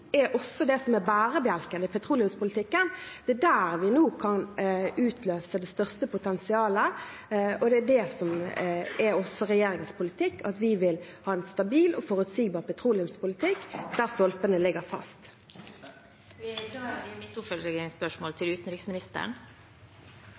bærebjelken i petroleumspolitikken. Det er der vi nå kan utløse det største potensialet, og det er det som er regjeringens politikk – at vi vil ha en stabil og forutsigbar petroleumspolitikk, der stolpene ligger fast. Sylvi Listhaug – til oppfølgingsspørsmål. Mitt oppfølgingsspørsmål